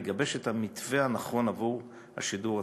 הוא יגבש את המתווה הנכון עבור השידור הציבורי.